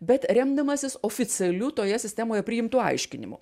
bet remdamasis oficialiu toje sistemoje priimtu aiškinimu